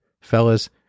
Fellas